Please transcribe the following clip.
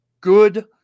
good